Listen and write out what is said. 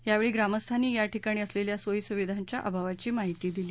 यावेळी ग्रामस्थांनी या ठिकाणी असलेल्या सोई सुविधांच्या अभावाची माहिती दिली